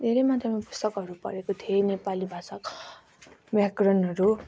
धेरै मात्रामा पुस्तकहरू पढेको थिएँ नेपाली भाषाका व्याकरणहरू